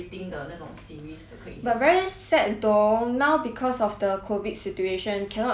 but very sad though now because of the COVID situation cannot even try the tester